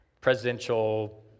presidential